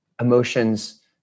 emotions